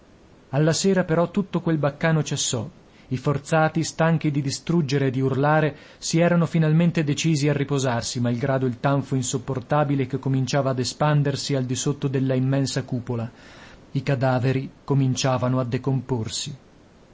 alla sera però tutto quel baccano cessò i forzati stanchi di distruggere e di urlare si erano finalmente decisi a riposarsi malgrado il tanfo insopportabile che cominciava ad espandersi al di sotto della immensa cupola i cadaveri cominciavano a decomporsi